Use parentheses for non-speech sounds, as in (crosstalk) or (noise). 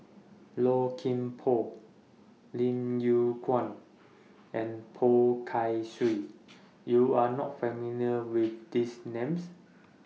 Low Kim Pong Lim Yew Kuan and Poh Kay (noise) Swee YOU Are not familiar with These Names